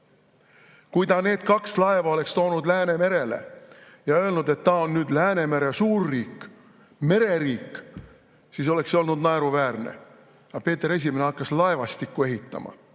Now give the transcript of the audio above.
Kui ta need kaks laeva oleks toonud Läänemerele ja öelnud, et ta on nüüd Läänemere suurriik, mereriik, siis oleks see olnud naeruväärne. Peeter Esimene hakkas laevastikku ehitama.